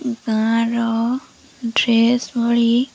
ଗାଁର ଡ୍ରେସ ଭଳି